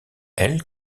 elle